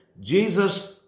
Jesus